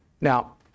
Now